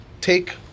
take